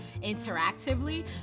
interactively